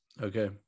Okay